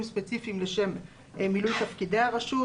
ספציפיים לשם מילוי תפקידי הרשות,